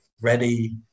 ready